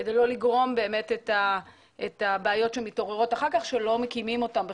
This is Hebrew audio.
כדי לא לגרום לבעיות שמתעוררות אחר כך כשלא מקימים אותם,